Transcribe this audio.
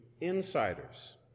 insiders